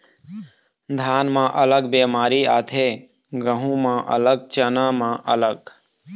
धान म अलग बेमारी आथे, गहूँ म अलग, चना म अलग